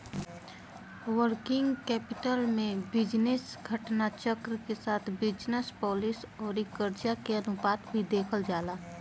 working capital में business घटना चक्र के साथ बिजनस पॉलिसी आउर करजा के अनुपात भी देखल जाला